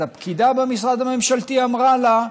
אז הפקידה במשרד הממשלתי אמרה לה: